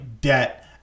debt